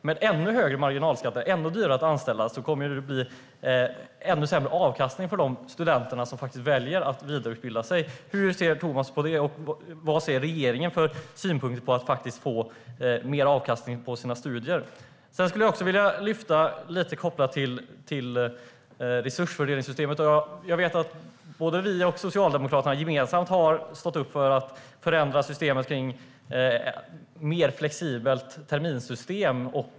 Med ännu högre marginalskatter och när det blir ännu dyrare att anställa kommer det att bli ännu sämre avkastning för de studenter som faktiskt väljer att vidareutbilda sig. Hur ser Thomas Strand på detta? Vad har regeringen för synpunkter på att få mer avkastning på sina studier? Jag skulle vilja ta upp frågan om resursfördelningssystemet. Jag vet att både vi och Socialdemokraterna har stått upp för att få fram ett mer flexibelt terminssystem.